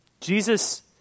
Jesus